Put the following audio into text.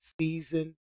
season